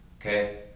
Okay